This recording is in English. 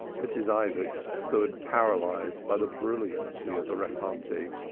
mrs. isaacs stood paralyzed by the brilliancy of the repartee.